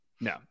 No